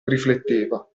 rifletteva